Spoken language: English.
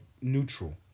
neutral